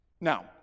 Now